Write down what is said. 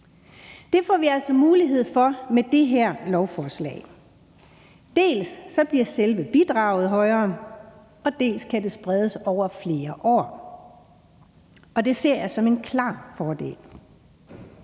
Det får vi altså mulighed for med det her lovforslag. Dels bliver selve bidraget højere, og dels kan det spredes over flere år, og det ser jeg som en klar fordel.